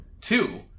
Two